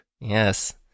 yes